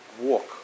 walk